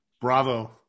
Bravo